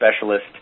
specialist